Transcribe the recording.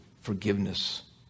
forgiveness